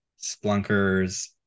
Splunkers